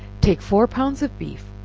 take four pounds of beef,